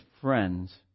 friends